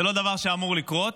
זה לא דבר שאמור לקרות.